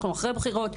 אנחנו אחרי בחירות,